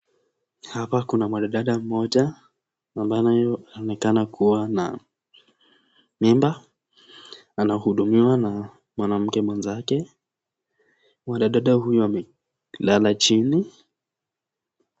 Hapa kuna mwanadada mmoja, ambaye anaonekana kuwa na mimba, anahudumiwa na mwanamke mwenzake. Mwanadada huyo amelala chini.